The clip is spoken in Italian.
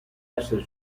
essere